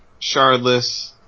Shardless